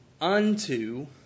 unto